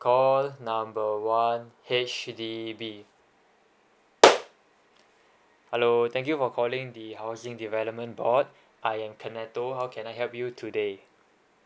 call number one H_D_B hello thank you for calling the housing development board I am canetto how can I help you today